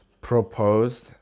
proposed